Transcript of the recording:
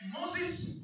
Moses